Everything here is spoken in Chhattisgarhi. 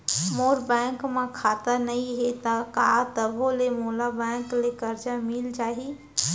मोर बैंक म खाता नई हे त का तभो ले मोला बैंक ले करजा मिलिस जाही?